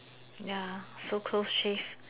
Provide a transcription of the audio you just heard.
ya so close shave